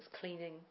cleaning